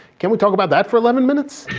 can't we talk about that for eleven minutes?